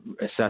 assess